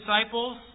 disciples